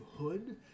hood